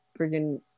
friggin